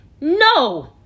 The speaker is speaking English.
no